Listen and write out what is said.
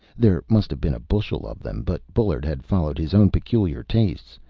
there must have been a bushel of them, but bullard had followed his own peculiar tastes.